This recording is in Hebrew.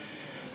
שלהם.